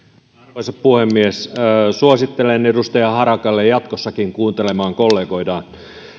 arvoisa puhemies suosittelen edustaja harakkaa jatkossakin kuuntelemaan kollegoitaan